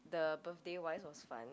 the birthday wise was fun